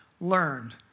learned